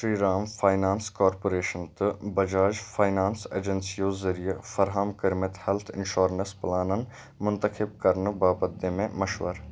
Shri Ram finance corporation تہٕ Bajaj finance ایجنسِیو ذٔریعہِ فراہم کٔرمٕتۍ ہیلتھ انشورنس پلانَن منتخب کرنہٕ باپتھ دِ مےٚ مشوَرٕ